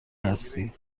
هستی